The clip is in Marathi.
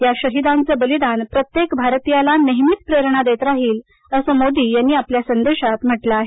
या शहिदांचे बलिदान प्रत्येक भारतीयाला नेहमीच प्रेरणा देत राहील असं मोदी यांनी म्हटलं आहे